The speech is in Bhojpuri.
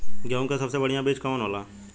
गेहूँक सबसे बढ़िया बिज कवन होला?